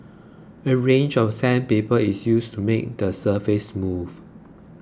a range of sandpaper is used to make the surface smooth